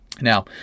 Now